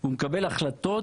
הוא מקבל החלטות